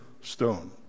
stone